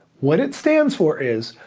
what it stands for is,